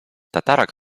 tatarak